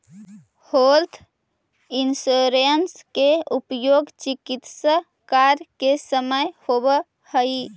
health insurance के उपयोग चिकित्स कार्य के समय होवऽ हई